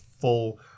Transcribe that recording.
full